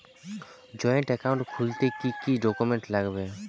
Joint account খুলতে কি কি ডকুমেন্টস লাগবে?